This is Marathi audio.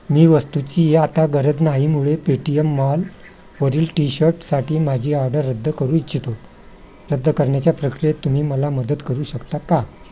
मी वस्तूची आता गरज नाही मुळे पेटीएम मॉलवरील टी शर्टसाठी माझी ऑडर रद्द करू इच्छितो रद्द करण्याच्या प्रक्रियेत तुम्ही मला मदत करू शकता का